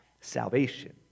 salvation